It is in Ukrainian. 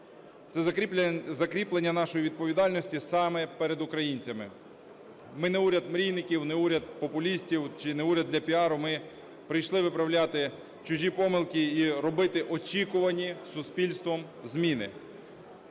це закріплення нашої відповідальності саме перед українцями. Ми не уряд мрійників, не уряд популістів чи не уряд для піару. Ми прийшли виправляти чужі помилки і робити очікувані суспільством зміни.